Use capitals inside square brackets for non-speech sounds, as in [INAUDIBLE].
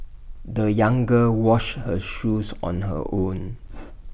the young girl washed her shoes on her own [NOISE]